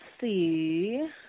see